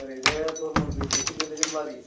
ओरैनो फरमेल बेसेसो गोलैगोन बादि